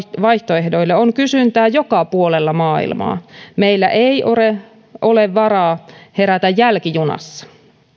vaihtoehdoille on kysyntää joka puolella maailmaa meillä ei ole ole varaa herätä jälkijunassa